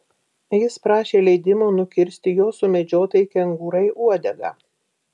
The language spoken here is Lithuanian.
jis prašė leidimo nukirsti jo sumedžiotai kengūrai uodegą